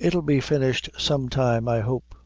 it'll be finished some time, i hope. ah!